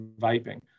vaping